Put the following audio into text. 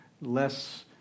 less